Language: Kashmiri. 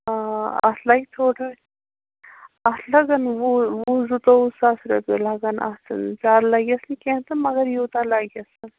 آ اَتھ لگہِ تھوڑا اتھ لگَن وُہ وُہ زٕتووُہ ساس رۄپیہِ لگن اَتھ زیادٕ لگٮ۪س نہٕ کینٛہہ تہٕ مگر یوٗتاہ لگٮ۪سَن